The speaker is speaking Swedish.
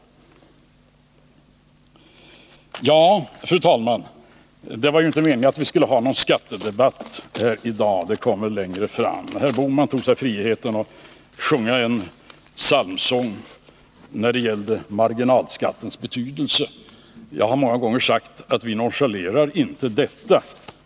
Ja, fru talman, det var inte meningen att vi skulle ha någon skattedebatt häri dag —den kommer ju längre fram — men herr Bohman tog sig friheten att sjunga en psalmsång när det gällde marginalskattens betydelse. Jag har många gånger sagt att vi inte nonchalerar denna.